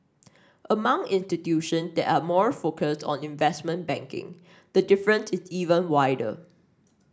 among institution that are more focused on investment banking the difference is even wider